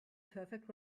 perfect